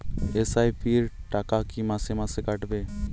SIP র টাকা কী মাসে মাসে কাটবে?